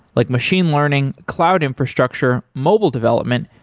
like machine learning, cloud infrastructure, mobile development,